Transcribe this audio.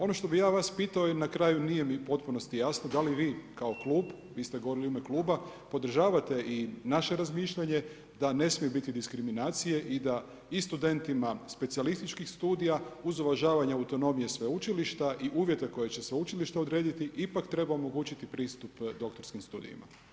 Ono što bih ja vas pitao, na kraju nije mi u potpunosti jasno da li vi kao klub, vi ste govorili u ime kluba podržavate i naše razmišljanje da ne smije biti diskriminacije i da i studentima specijalističkih studija uz uvažavanje autonomije sveučilišta i uvjete koje će sveučilište odrediti ipak treba omogućiti pristup doktorskim studijima.